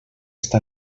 està